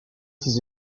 ses